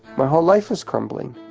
my whole life was crumbling.